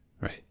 Right